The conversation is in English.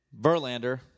Verlander